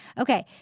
Okay